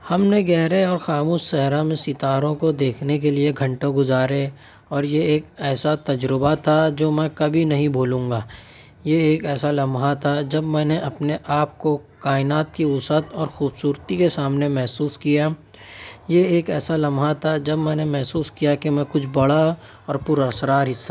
ہم نے گہرے اور خاموش صحرا میں ستاروں کو دیکھنے کے لیے گھنٹوں گزارے اور یہ ایک ایسا تجربہ تھا جو میں کبھی نہیں بھولوں گا یہ ایک ایسا لمحہ تھا جب میں نے اپنے آپ کو کائنات کی وسعت اور خوبصورتی کے سامنے محسوس کیا یہ ایک ایسا لمحہ تھا جب میں نے محسوس کیا کہ میں کچھ بڑا اور پراسرار حصہ